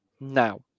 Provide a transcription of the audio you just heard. now